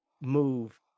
move